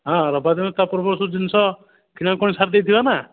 ହଁ ରବିବାର ଦିନ ତା ପୂର୍ବରୁ ସବୁ ଜିନିଷ କିଣା କୁଣି ସାରିଦେଇଥିବା ନା